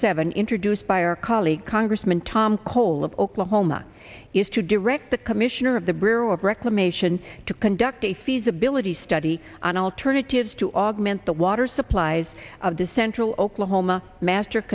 seven introduced by our colleague congressman tom cole of oklahoma is to direct the commissioner of the borough of reclamation to conduct a feasibility study on alternatives to augment the water supplies of the central oklahoma master